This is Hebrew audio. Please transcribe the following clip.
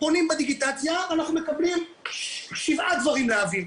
פונים בדיגיטציה, אנחנו מקבלים שבעה דברים להביא.